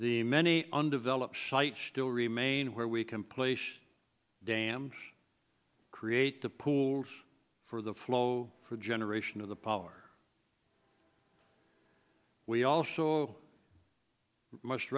the many undeveloped sites still remain where we can place dams create the pools for the flow for generation of the power we also must